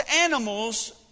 animals